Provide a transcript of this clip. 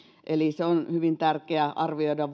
eli se on hyvin tärkeää arvioida